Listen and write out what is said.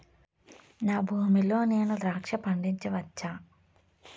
నా భూమి లో నేను ద్రాక్ష పండించవచ్చా?